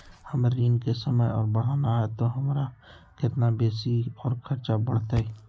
हमर ऋण के समय और बढ़ाना है तो हमरा कितना बेसी और खर्चा बड़तैय?